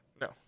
no